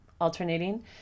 alternating